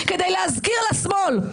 כדי להזכיר לשמאל,